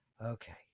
okay